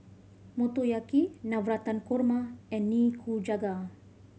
Motoyaki Navratan Korma and Nikujaga